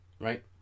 right